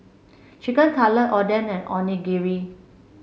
Chicken Cutlet Oden and Onigiri